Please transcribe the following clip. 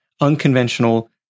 unconventional